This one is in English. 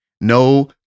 no